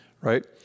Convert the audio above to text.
right